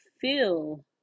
feel